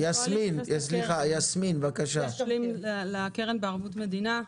אני רוצה להתייחס לנושא של קרן בערבות מדינה.